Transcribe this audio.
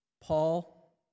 Paul